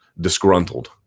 disgruntled